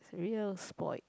real spoilt